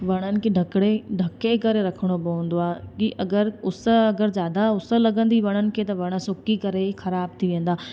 वणनि खे ढकिड़े ढके करे रखिणो पवंदो आहे की अगरि उस अगरि ज़्यादा उस लॻंदी वणनि खे त वण सुकी करे ख़राब थी वेंदा